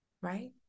right